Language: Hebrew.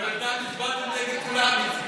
בינתיים הצבעתם נגד כולנו.